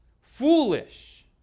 foolish